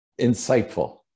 insightful